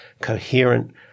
coherent